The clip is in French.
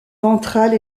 ventrale